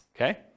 okay